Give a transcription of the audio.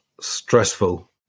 stressful